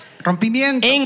Rompimiento